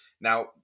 now